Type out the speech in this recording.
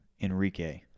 Enrique